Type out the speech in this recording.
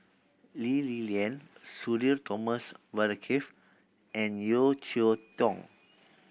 Lee Li Lian Sudhir Thomas Vadaketh and Yeo Cheow Tong